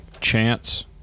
Chance